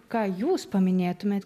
ką jūs paminėtumėt